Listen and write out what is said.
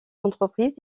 entreprises